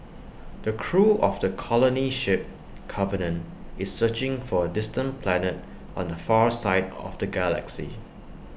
the crew of the colony ship covenant is searching for A distant planet on the far side of the galaxy